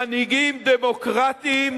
מנהיגים דמוקרטים,